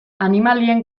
animalien